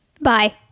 bye